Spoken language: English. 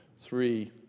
three